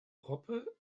hoppe